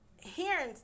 hearing